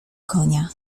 konia